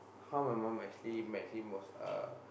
how my mum actually met him was uh